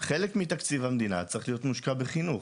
חלק מתקציב המדינה צריך להיות מושקע בחינוך,